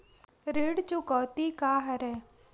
ऋण चुकौती का हरय?